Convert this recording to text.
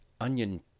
onion